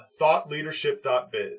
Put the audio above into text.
ThoughtLeadership.biz